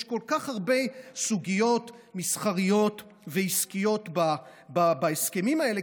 יש כל כך הרבה סוגיות מסחריות ועסקיות בהסכמים האלה,